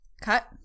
cut